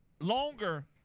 longer